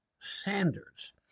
Sanders